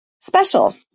special